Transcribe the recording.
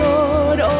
Lord